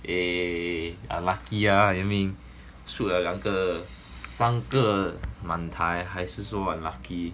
eh unlucky ah you mean shoot 了两个三个满台还是 so unlucky